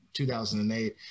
2008